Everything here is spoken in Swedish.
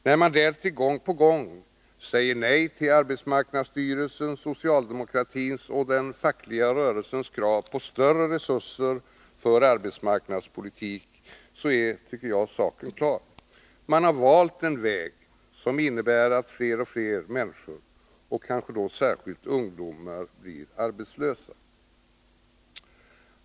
När man därtill gång på gång säger nej till arbetsmarknadsstyrelsens, socialdemokratins och den fackliga rörelsens krav på större resurser för arbetsmarknadspolitik är saken klar: Man har valt en väg som innebär att fler och fler människor, särskilt ungdomar, blir arbetslösa.